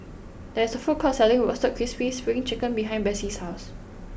there is a food court selling Roasted Crispy Spring Chicken behind Besse's house